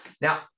Now